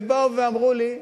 באו ואמרו לי: